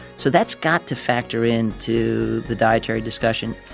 so that's got to factor in to the dietary discussion.